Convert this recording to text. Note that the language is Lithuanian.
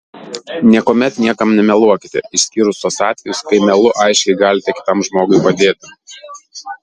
niekuomet niekam nemeluokite išskyrus tuos atvejus kai melu aiškiai galite kitam žmogui padėti